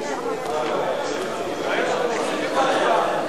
חוק ומשפט להיענות לבקשת הממשלה לחזור ולהכריז על מצב חירום